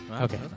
Okay